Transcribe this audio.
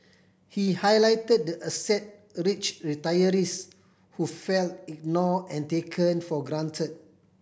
he highlighted the asset a rich retirees who felt ignore and taken for grant